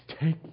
Take